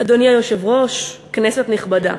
אדוני היושב-ראש, כנסת נכבדה,